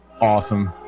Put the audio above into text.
awesome